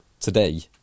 today